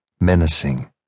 menacing